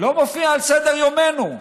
לא מופיע על סדר-יומנו.